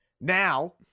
Now